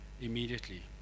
immediately